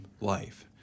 life